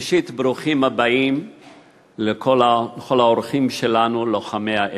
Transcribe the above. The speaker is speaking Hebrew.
ראשית, ברוכים הבאים לכל האורחים שלנו, לוחמי האש.